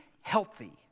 healthy